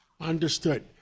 understood